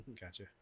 Gotcha